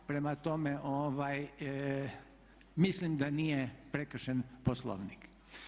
Prema tome, mislim da nije prekršen Poslovnik.